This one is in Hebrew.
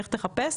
לך תחפש.